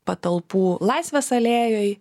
patalpų laisvės alėjoj